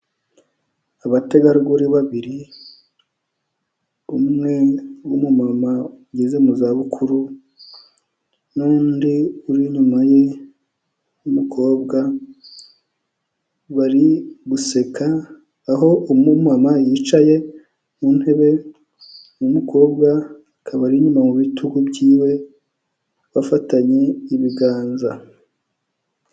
Abategarugori babiri umwe w'umumama ugeze mu za bukuru, n'undi uri inyuma ye, w'umukobwa, bari guseka aho umumama yicaye mu ntebe, umukobwa akaba ari inyuma mu bitugu byiwe bafatanye ibiganza.